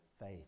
faith